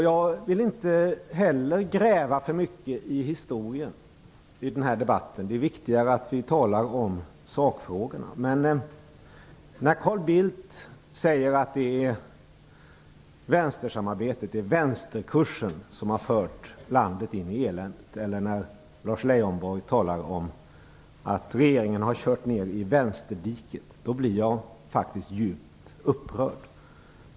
Jag vill inte heller gräva för mycket i historien i den här debatten. Det är viktigare att tala om sakfrågorna. Men när Carl Bildt säger att det är vänstersamarbetet, vänsterkursen, som fört landet in i eländet eller när Lars Leijonborg talar om att regeringen kört ner i vänsterdiket, blir jag faktiskt djupt upprörd.